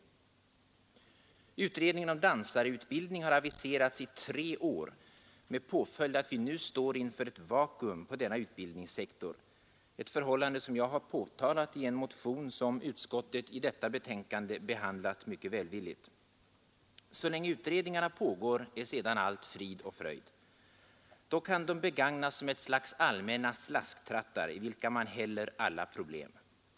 Utredningen om dansarutbildning har aviserats i tre år med påföljd att vi nu står inför ett vacuum på denna utbildningssektor, ett förhållande som jag har påtalat i en motion som utskottet i detta betänkande behandlat mycket välvilligt. Så länge utredningarna pågår är allt frid och fröjd. Då kan de begagnas som ett slags allmänna — jag höll nästan på att säga — ”slasktrattar”, i vilka man häller alla problem.